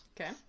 Okay